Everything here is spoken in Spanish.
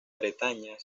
bretaña